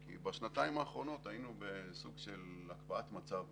כי בשנתיים האחרונות היינו בסוג של הקפאת מצב בצבא,